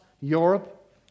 Europe